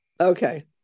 Okay